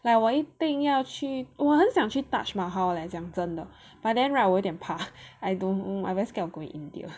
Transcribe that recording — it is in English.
like 我一定要去我很想去 Taj Mahal 来讲真的 but then right 我点怕 I don't know I very scared of going India